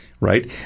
right